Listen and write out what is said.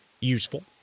useful